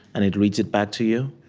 and it reads it back to you?